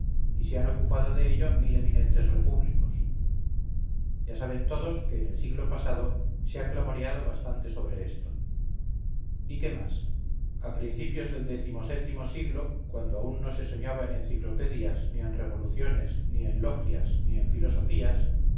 y se han ocupado de ello mil eminentes repúblicos ya saben todos que en el siglo pasado se ha clamoreado bastante sobre esto y qué más a principios del décimo sétimo siglo cuando aún no se soñaba en enciclopedias ni en revoluciones ni en logias ni en filosofías